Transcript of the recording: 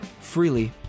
freely